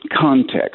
context